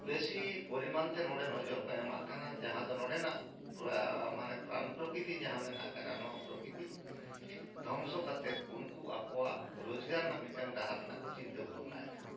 ᱵᱮᱥᱤ ᱯᱚᱨᱤᱢᱟᱱᱛᱮ ᱱᱚᱰᱮ ᱱᱚᱡᱚᱨ ᱠᱚ ᱮᱢᱟᱜ ᱠᱟᱱᱟ ᱡᱟᱦᱟᱸ ᱫᱚ ᱱᱚᱰᱮᱱᱟᱜ ᱯᱨᱟ ᱢᱟᱱᱮ ᱯᱨᱟᱱ ᱯᱨᱚᱠᱤᱛᱤ ᱡᱟᱦᱟᱸ ᱢᱮᱱᱟᱜ ᱠᱟᱜᱼᱟ ᱱᱚᱣᱟ ᱯᱨᱚᱠᱤᱛᱤ ᱫᱷᱚᱝᱥᱚ ᱠᱟᱛᱮᱫ ᱩᱱᱠᱩ ᱟᱠᱚᱣᱟᱜ ᱨᱳᱡᱽᱜᱟᱨ ᱨᱮᱱᱟᱜ ᱢᱤᱫᱴᱟᱝ ᱰᱟᱦᱟᱨ ᱨᱮᱱᱟᱜ ᱠᱚ ᱪᱤᱱᱛᱟᱹ ᱵᱷᱟᱵᱽᱱᱟᱭᱫᱟ